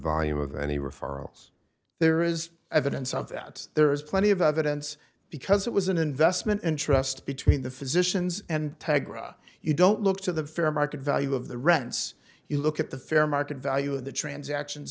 volume of any referrals there is evidence of that there is plenty of evidence because it was an investment in trust between the physicians and tegra you don't look to the fair market value of the rents you look at the fair market value of the transactions